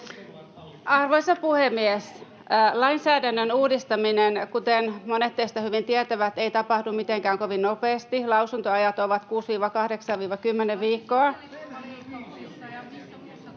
Arvoisa puhemies! Lainsäädännön uudistaminen, kuten monet teistä hyvin tietävät, ei tapahdu mitenkään kovin nopeasti. Lausuntoajat ovat 6—8, 6—10 viikkoa.